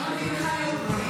מאיר, לא מתאים לך, לא מתאים לך.